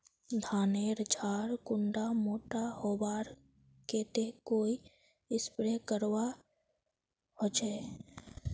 धानेर झार कुंडा मोटा होबार केते कोई स्प्रे करवा होचए?